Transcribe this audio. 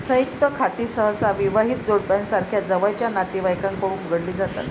संयुक्त खाती सहसा विवाहित जोडप्यासारख्या जवळच्या नातेवाईकांकडून उघडली जातात